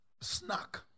snack